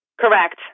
Correct